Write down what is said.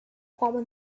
common